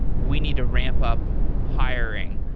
we need to ramp up hiring.